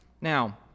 Now